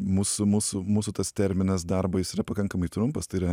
mūsų mūsų mūsų tas terminas darbo jis yra pakankamai trumpas tai yra